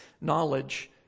knowledge